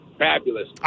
Fabulous